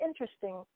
interesting